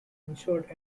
insured